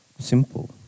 simple